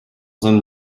hommes